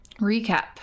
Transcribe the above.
recap